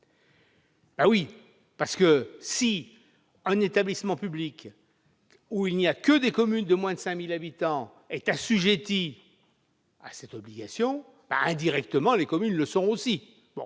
du voyage. Si un établissement public où il n'y a que des communes de moins de 5 000 habitants est assujetti à cette obligation, les communes le sont aussi